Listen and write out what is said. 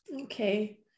okay